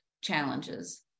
challenges